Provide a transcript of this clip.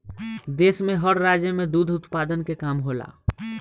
देश में हर राज्य में दुध उत्पादन के काम होला